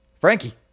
Frankie